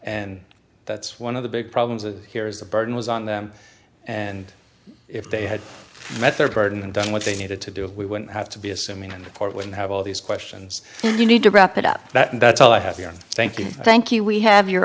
and that's one of the big problems here is the burden was on them and if they had met their burden and done what they needed to do we wouldn't have to be assuming the court wouldn't have all these questions you need to wrap it up that and that's all i have you on thank you thank you we have your